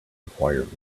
requirements